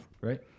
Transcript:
Right